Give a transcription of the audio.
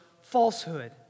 falsehood